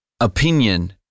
Opinion